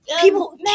People